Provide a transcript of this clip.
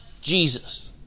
Jesus